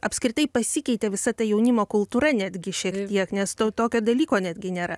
apskritai pasikeitė visa ta jaunimo kultūra netgi šiek tiek nes to tokio dalyko netgi nėra